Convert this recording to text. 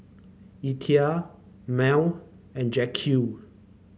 Etha Mable and Jaquez